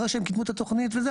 אחרי שהן קידמו את התוכנית וזה,